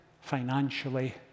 financially